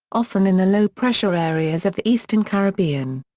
often in the low pressure areas of the eastern caribbean.